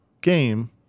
game